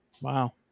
Wow